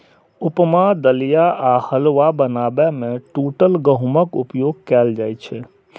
उपमा, दलिया आ हलुआ बनाबै मे टूटल गहूमक उपयोग कैल जाइ छै